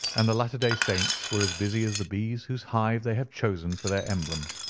and the latter day saints were as busy as the bees whose hive they have chosen for their emblem.